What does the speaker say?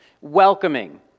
Welcoming